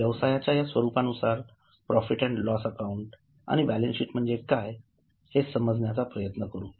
आता व्यवसायाच्या या स्वरूपानुसार प्रॉफिट अँड लॉस अकाउंट आणि बॅलन्स शीट म्हणजे काय हे समजण्याचा प्रयत्न करू